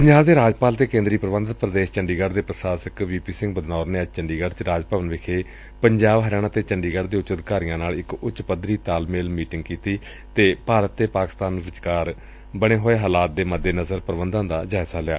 ਪੰਜਾਬ ਦੇ ਰਾਜਪਾਲ ਅਤੇ ਕੇਂਦਰੀ ਪ੍ਬੰਧਤ ਪ੍ਦੇਸ਼ ਚੰਡੀਗੜ੍ ਦੇ ਪ੍ਸ਼ਾਸਕ ਵੀਪੀ ਸਿੰਘ ਬਦਨੌਰ ਨੇ ਅੱਜ ਚੰਡੀਗੜ੍ਹ ਚ ਰਾਜ ਭਵਨ ਵਿਖੇ ਪੰਜਾਬ ਹਰਿਆਣਾ ਤੇ ਚੰਡੀਗੜ੍ਹ ਦੇ ਉੱਚ ਅਧਿਕਾਰੀਆਂ ਨਾਲ ਇਕ ਉੱਚ ਪੱਧਰੀ ਤਾਲਮੇਲ ਮੀਟਿੰਗ ਕੀਤੀ ਅਤੇ ਭਾਰਤ ਤੇ ਪਾਕਿਸਤਾਨ ਵਿਚਕਾਰ ਬਣੇ ਹੋਏ ਹਾਲਾਤ ਦੇ ਮੱਦੇ ਨਜ਼ਰ ਪ੍ਰਬੰਧਾਂ ਦਾ ਜਾਇਜ਼ਾ ਲਿਆ